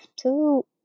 two